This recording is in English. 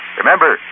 Remember